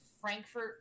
Frankfurt